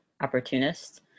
opportunists